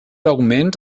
augments